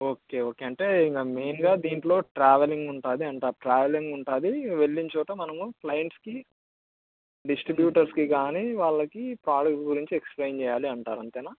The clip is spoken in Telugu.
ఓకే ఓకే అంటే ఇంక మెయిన్గా దీంట్లో ట్రావెలింగ్ ఉంటుంది అంటే ట్రావెలింగ్ ఉంటుంది వెళ్ళిన చోట మనము క్లైంట్స్కి డిస్ట్రిబ్యూటర్స్కి కాని వాళ్ళకి ప్రొడక్ట్స్ గురించి ఎక్స్ప్లెయిన్ చెయ్యాలి అంటారు అంతేనా